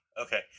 okay